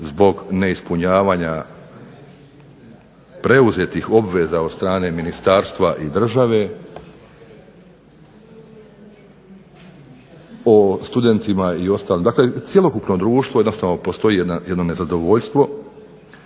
zbog neispunjavanja preuzetih obveza od strane ministarstva i države. O studentima i ostalim, dakle cjelokupno društvo postoji jedno nezadovoljstvo,